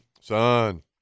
son